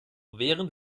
während